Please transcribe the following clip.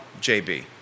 JB